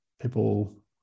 people